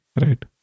right